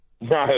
No